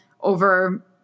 over